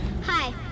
Hi